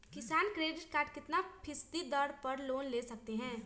किसान credit card कितना फीसदी दर पर लोन ले सकते हैं?